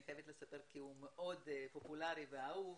חייבת לספר כי הוא מאוד פופולרי ואהוב